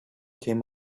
came